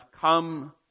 come